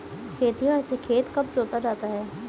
खेतिहर से खेत कब जोता जाता है?